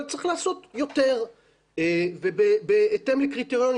אבל צריך לעשות יותר ובהתאם לקריטריונים